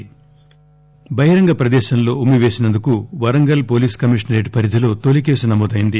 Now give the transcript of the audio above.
తొలి కేసు బహిరంగ ప్రదేశంలో ఉమ్మి వేసినందుకు వరంగల్ పోలీస్ కమిషనరేట్ పరిధిలో తొలి కేసు నమోదయింది